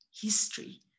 history